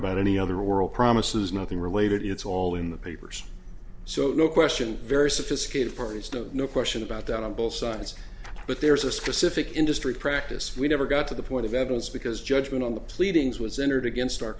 about any other world promises nothing related it's all in the papers so no question very sophisticated parties don't no question about that on both sides but there's a specific industry practice we never got to the point of evidence because judgment on the pleadings was entered against our